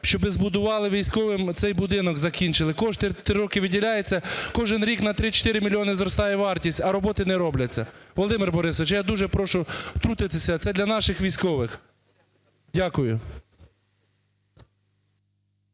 щоб збудували військовим цей будинок, закінчили. Кошти три роки виділяються, кожен рік на 3-4 мільйона зростає вартість, а роботи не робляться. Володимир Борисович, я дуже прошу втрутитися. Це для наших військових. Дякую.